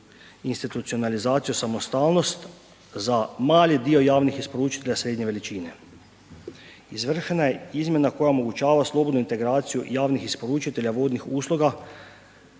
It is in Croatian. institucionalizaciju i samostalnost za mali dio javnih isporučitelja srednje veličine. Izvršena je izmjena koja omogućava slobodnu integraciju javnih isporučitelja vodnih usluga,